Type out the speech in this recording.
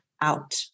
out